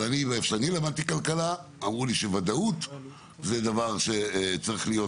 אבל כשאני למדתי כלכלה אמרו לי שצריכה להיות